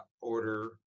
order